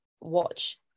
watch